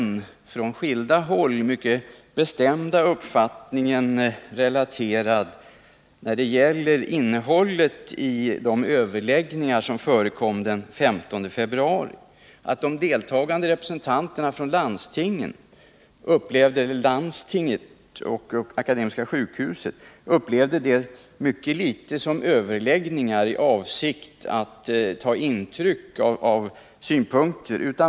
Jag har från skilda håll fått den mycket bestämda uppfattningen relaterad, när det gäller innehållet i de överläggningar som förekom den 15 februari, att de deltagande representanterna för landstinget och Akademiska sjukhuset i mycket liten utsträckning upplevde dessa överläggningar så, att avsikten var att ta intryck av synpunkter som framfördes.